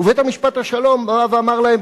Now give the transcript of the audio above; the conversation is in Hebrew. ובית-המשפט השלום בא ואמר להם,